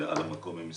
ועל המקום הם ישראלים.